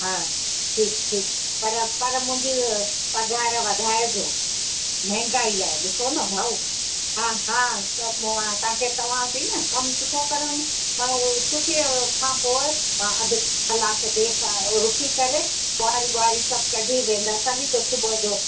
हा ठीकु ठीकु पर पर मुंहिंजी पघार वधाइजो महांगाई आहे ॾिसो न भाऊ हा हा कमु तव्हांखे चवांव थी न कमु सुठो करे वेंदसि मां उहो छुटीअ खां पोइ मां अधु कलाकु देरि सां रुकी करे ॿुहारी ॿुहारी सभु कढी वेंदसि तॾहिं पोइ सुबुह जो